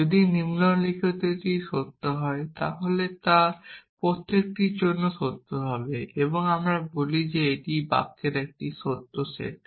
যদি নিম্নলিখিতটি সত্য হয় তাহলে তা প্রত্যেকটির জন্য সত্য হয় এবং আমরা বলি এটি বাক্যের একটি সত্য সেট